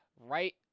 right